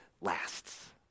lasts